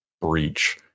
breach